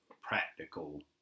practical